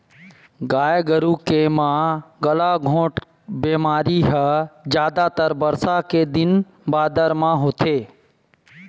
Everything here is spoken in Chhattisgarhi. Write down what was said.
गाय गरु के म गलाघोंट बेमारी ह जादातर बरसा के दिन बादर म होथे